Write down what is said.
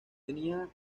tenía